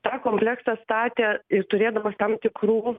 tą kompleksą statė ir turėdamas tam tikrų